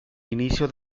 inicio